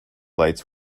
lights